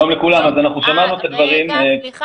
אנחנו מבקשים